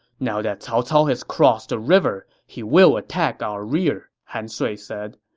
now that cao cao has crossed the river, he will attack our rear, han sui said.